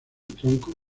tronco